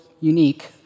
unique